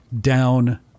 down